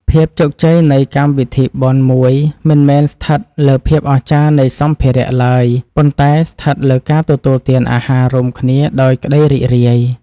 ភាពជោគជ័យនៃកម្មវិធីបុណ្យមួយមិនមែនស្ថិតលើភាពអស្ចារ្យនៃសម្ភារៈឡើយ ប៉ុន្តែស្ថិតលើការទទួលទានអាហាររួមគ្នាដោយក្តីរីករាយ។